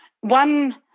one